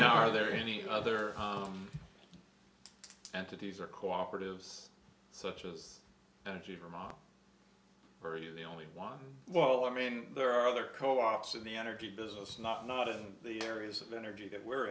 know are there any other entities or cooperatives such as energy from our very own the only one well i mean there are other co ops in the energy business not not in the areas of energy that we're